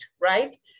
right